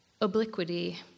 Obliquity